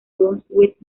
brunswick